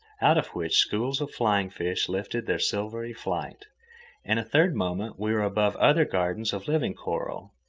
out of which schools of flying fish lifted their silvery flight and a third moment we were above other gardens of living coral,